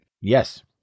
Yes